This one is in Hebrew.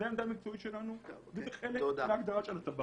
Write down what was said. זאת העמדה המקצועית שלנו וזה חלק מההגדרה של הטבק.